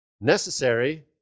necessary